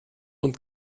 und